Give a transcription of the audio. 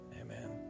Amen